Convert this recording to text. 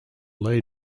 les